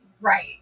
right